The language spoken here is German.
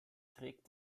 trägt